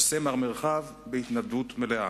עושה מר מרחב בהתנדבות מלאה.